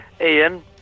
Ian